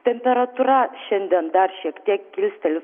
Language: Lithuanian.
temperatūra šiandien dar šiek tiek kilsteli